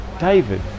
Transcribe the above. David